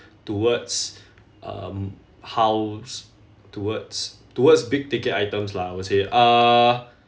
towards um house towards towards big ticket items lah I would say uh